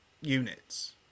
units